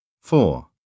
Four